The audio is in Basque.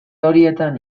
horietan